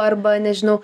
arba nežinau